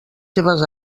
seves